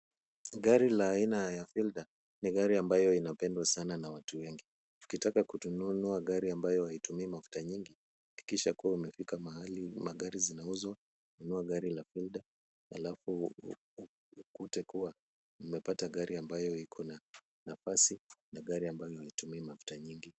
Gari la aina ya Fielder ni gari ambayo inapendwa sana na watu wengi. Ukitaka kununua gari ambayo haitumii mafuta nyingi, hakikisha kuwa umefika mahali ambapo magari zinauzwa, nunua gari la Fielder alafu utakuwa umepata gari ambayo iko na nafasi na gari ambayo haitumii mafuta mingi.